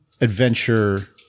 adventure